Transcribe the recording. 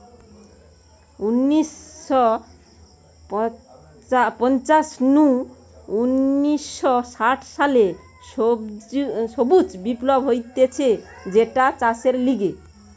উনিশ শ পঞ্চাশ নু উনিশ শ ষাট সালে সবুজ বিপ্লব হতিছে যেটা চাষের লিগে